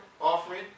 offering